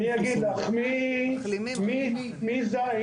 אם תסכמי אותם יחד,